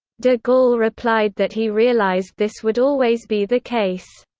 de gaulle replied that he realised this would always be the case.